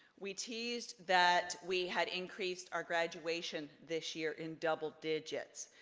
we teased that we had increased our graduation this year in double digits.